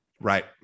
Right